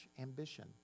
ambition